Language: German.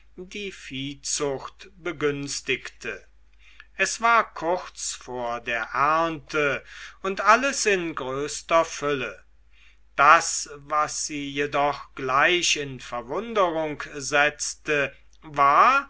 die viehzucht begünstigte es war kurz vor der ernte und alles in größter fülle das was sie jedoch gleich in verwunderung setzte war